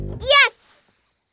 Yes